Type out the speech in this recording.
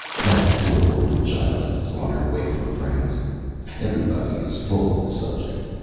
that poor orphan child is on her way from france everybody is full of the subject.